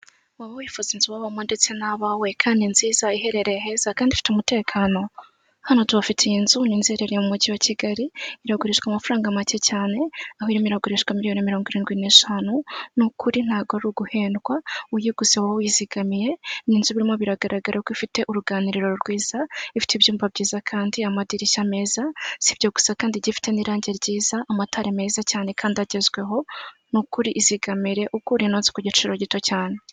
Waba wifuza inzu wabamo ndetse nabawe, kandi nziza iherereye heza kandi ifite umutekano? Hano tubafitiye nzu, ni inzu iherereye mumujyi wa Kigali, iragurishwa amafaranga make cyane, aho irimo iragurishwa miliyoni mirongo irindwi n'eshanu, ni ukuri ntago ari uguhendwa, uyiguze waba w'iyizigamiye. Ni inzu birimo biragaragara ko ifite uruganiriro rwiza, ifite ibyumba byiza kandi amadirishya meza, si ibyo gusa kandi igifite n'irange ryiza, amatara meza cyane kandi agezweho n' ukuri izigamire, ugura ino nzu ku giciro gito cyane.